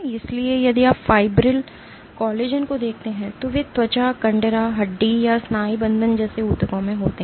इसलिए यदि आप फाइब्रिल कोलेजन को देखते हैं तो वे त्वचा कण्डरा हड्डी या स्नायुबंधन जैसे ऊतकों में होते हैं